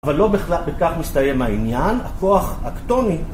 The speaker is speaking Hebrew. אבל לא בכך מסתיים העניין. הכוח אקטוני...